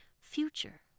future